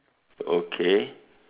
okay